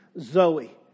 Zoe